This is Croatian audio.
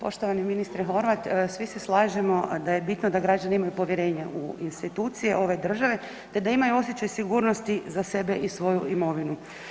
Poštovani ministre Horvat, svi se slažemo da je bitno da građani imaju povjerenja u institucije ove države te da imaju osjećaj sigurnosti za sebe i svoju imovinu.